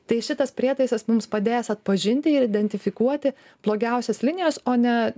tai šitas prietaisas mums padės atpažinti ir identifikuoti blogiausias linijas o ne